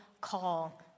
call